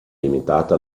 limitata